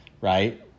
right